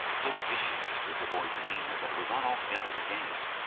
so vicious was the boy's demeanour, that it was not altogether a game.